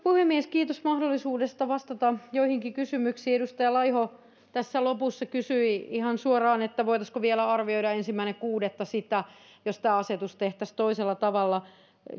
puhemies kiitos mahdollisuudesta vastata joihinkin kysymyksiin edustaja laiho tässä lopussa kysyi ihan suoraan että voitaisiinko vielä arvioida ensimmäinen kuudetta sitä että tämä asetus tehtäisiin toisella tavalla